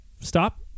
stop